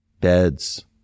beds